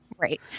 Right